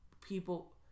people